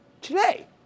today